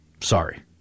Sorry